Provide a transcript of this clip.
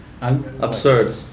absurd